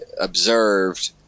observed